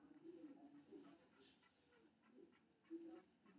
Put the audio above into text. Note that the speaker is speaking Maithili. एकर अलावे छोट माछ मे टेंगरा, गड़ई, सिंही, कबई आदि लोकप्रिय छै